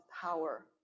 power